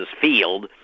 field